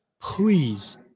Please